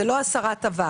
זה לא הסרת אבק.